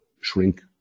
shrink